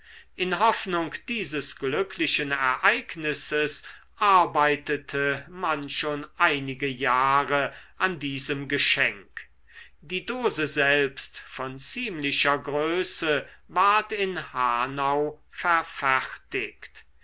in hoffnung dieses glücklichen ereignisses arbeitete man schon einige jahre an diesem geschenk die dose selbst von ziemlicher größe ward in hanau verfertigt